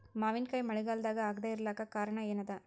ಮಾವಿನಕಾಯಿ ಮಳಿಗಾಲದಾಗ ಆಗದೆ ಇರಲಾಕ ಕಾರಣ ಏನದ?